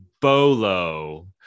BOLO